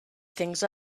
things